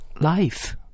life